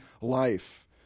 life